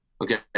Okay